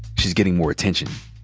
she's getting more attention.